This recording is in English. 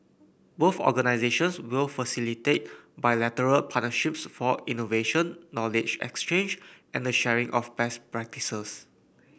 both organisations will facilitate bilateral partnerships for innovation knowledge exchange and the sharing of best practices